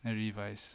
and revise